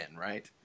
right